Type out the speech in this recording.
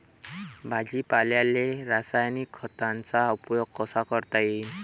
भाजीपाल्याले रासायनिक खतांचा उपयोग कसा करता येईन?